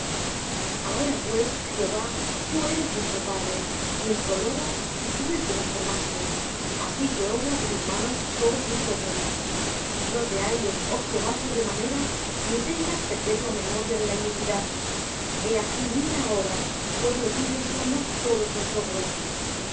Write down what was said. ahora pues jehová tú eres nuestro padre nosotros lodo y tú el que nos formaste así que obra de tus manos todos nosotros no te aires oh jehová sobremanera ni tengas perpetua memoria de la iniquidad he aquí mira ahora pueblo tuyo somos todos nosotros